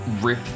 rip